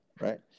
Right